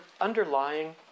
underlying